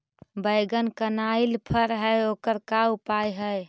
बैगन कनाइल फर है ओकर का उपाय है?